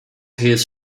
his